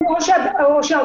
רק אם הוא בתוך הרשימה.